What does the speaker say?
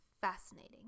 Fascinating